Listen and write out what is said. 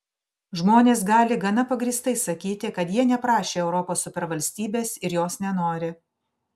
žmonės gali gana pagrįstai sakyti kad jie neprašė europos supervalstybės ir jos nenori